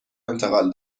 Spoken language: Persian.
انتقال